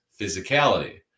physicality